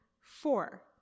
Four